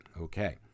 okay